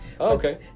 okay